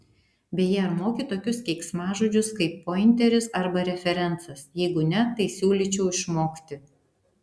beje ar moki tokius keiksmažodžius kaip pointeris arba referencas jeigu ne tai siūlyčiau išmokti